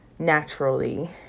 naturally